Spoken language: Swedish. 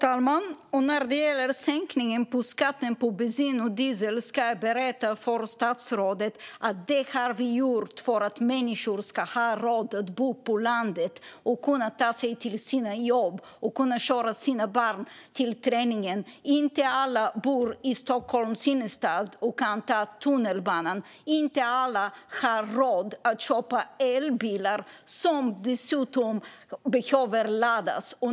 Fru talman! När det gäller sänkningen av skatten på bensin och diesel ska jag berätta för statsrådet att vi har gjort detta för att människor ska ha råd att bo på landet och kunna ta sig till sina jobb och köra sina barn till träningen. Det är inte alla som bor i Stockholms innerstad och kan ta tunnelbanan. Det är inte alla som har råd att köpa elbilar, och de behöver dessutom laddas.